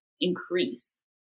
increase